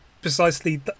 precisely